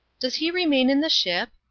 does he remain in the ship?